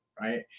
right